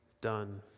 done